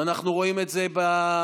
ואנחנו רואים את זה בגיוס,